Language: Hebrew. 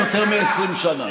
יותר מ-20 שנה.